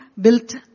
built